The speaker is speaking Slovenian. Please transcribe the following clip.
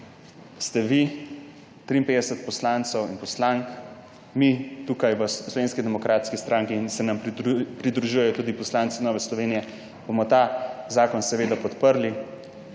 ste vi, 53 poslancev in poslank, mi tukaj v Slovenski demokratski stranki, pridružujejo se nam tudi poslanci Nove Slovenije, bomo ta zakon podprli.